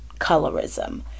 colorism